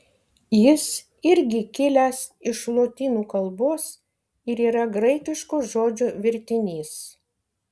jis irgi kilęs iš lotynų kalbos ir yra graikiško žodžio vertinys